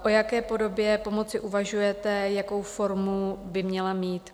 O jaké podobě pomoci uvažujete, jakou formu by měla mít?